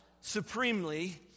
supremely